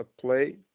play